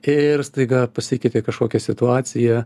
ir staiga pasikeitė kažkokia situacija